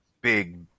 big